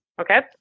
Okay